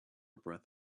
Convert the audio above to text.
breath